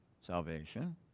salvation